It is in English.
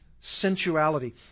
sensuality